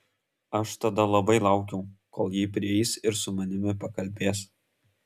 aš tada labai laukiau kol ji prieis ir su manimi pakalbės